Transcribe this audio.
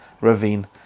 Ravine